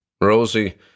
Rosie